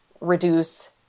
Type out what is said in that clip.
reduce